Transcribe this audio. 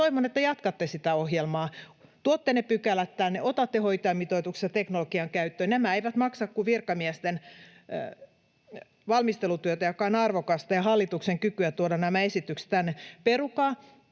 Toivon, että jatkatte sitä ohjelmaa, tuotte ne pykälät tänne, otatte hoitajamitoituksessa teknologian käyttöön. Nämä eivät maksa kuin virkamiesten valmistelutyön, joka on arvokasta, ja hallituksen kyvyn tuoda nämä esitykset tänne. Perukaa